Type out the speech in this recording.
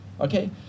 Okay